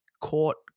court